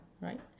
Right